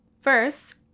First